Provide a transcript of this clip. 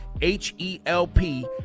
H-E-L-P